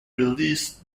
release